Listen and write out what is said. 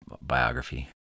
biography